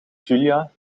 julia